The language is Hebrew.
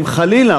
אם חלילה,